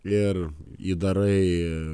ir įdarai